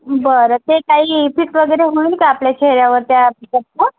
बर ते काही फिक्स वगैरे हुईन का आपल्या चेहऱ्यावर त्या